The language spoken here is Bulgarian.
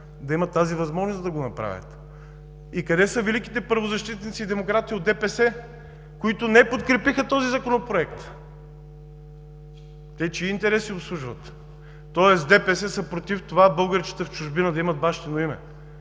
да имат тази възможност да го направят. И къде са великите правозащитници и демократи от ДПС, които не подкрепиха този Законопроект? Те чии интереси обслужват? Тоест ДПС са против това българчетата в чужбина да имат бащино име.